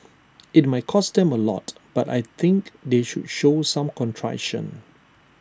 IT might cost them A lot but I think they should show some contrition